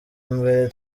mbere